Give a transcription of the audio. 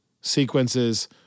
sequences